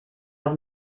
auch